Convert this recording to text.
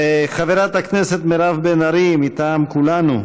חברת הכנסת מירב בן ארי, מטעם כולנו,